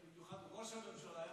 ובמיוחד ראש הממשלה,